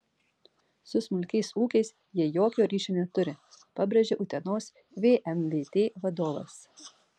su smulkiais ūkiais jie jokio ryšio neturi pabrėžė utenos vmvt vadovas